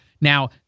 Now